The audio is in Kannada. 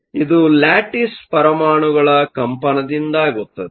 ಇದು ಲ್ಯಾಟಿಸ್ ಪರಮಾಣುಗಳ ಕಂಪನದಿಂದಾಗುತ್ತದೆ